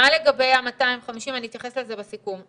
אני אתייחס לזה בסיכום.